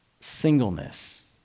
Singleness